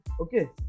Okay